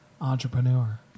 Entrepreneur